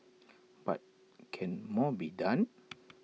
but can more be done